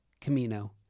Camino